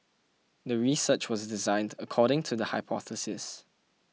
the research was designed according to the hypothesis